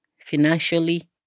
Financially